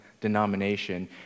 denomination